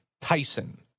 Tyson